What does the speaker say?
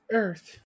earth